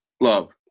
love